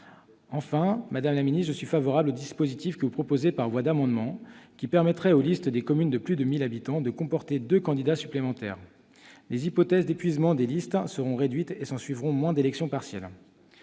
Enfin, madame la ministre, je suis favorable au dispositif que vous proposez par voie d'amendement, qui permettrait aux listes des communes de plus de 1 000 habitants de comporter deux candidats supplémentaires. Les hypothèses d'épuisement des listes seront réduites et s'ensuivront moins d'élections partielles.